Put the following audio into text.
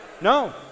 No